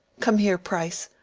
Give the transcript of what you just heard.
come here, price.